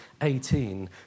18